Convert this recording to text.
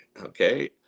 okay